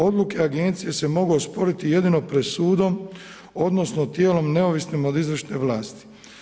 Odluke agencije se mogu osporiti jedino pred sudom odnosno tijelom neovisnim od izvršne vlasti.